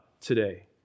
today